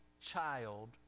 child